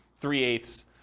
three-eighths